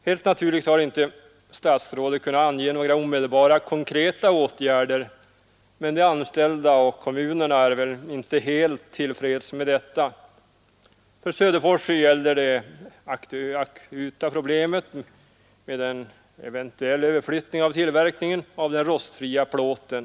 Helt naturligt har inte statsrådet kunnat ange några omedelbara konkreta åtgärder, men de anställda och kommunerna kan inte vara helt till freds med detta. För Söderfors är det akuta problemet den eventuella överflyttningen av tillverkningen av den rostfria plåten.